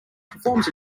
performs